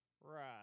right